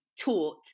taught